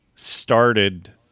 Started